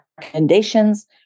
recommendations